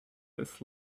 this